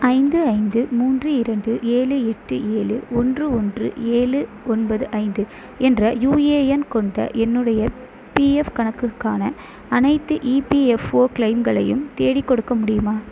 ஐந்து ஐந்து மூன்று இரண்டு ஏழு எட்டு ஏழு ஒன்று ஒன்று ஏழு ஒன்பது ஐந்து என்ற யூஏஎன் கொண்ட என்னுடைய பிஎஃப் கணக்குக்கான அனைத்து இபிஎஃப்ஓ கிளெய்ம்களையும் தேடிக்கொடுக்க முடியுமா